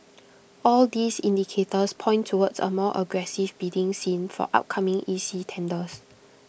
all these indicators point towards A more aggressive bidding scene for upcoming E C tenders